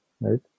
right